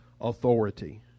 authority